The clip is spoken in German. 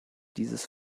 dieses